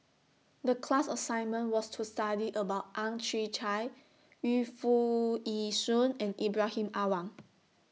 The class assignment was to study about Ang Chwee Chai Yu Foo Yee Shoon and Ibrahim Awang